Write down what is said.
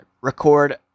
record